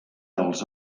els